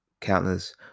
countless